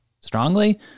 strongly